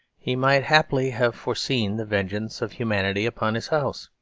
he might haply have foreseen the vengeance of humanity upon his house.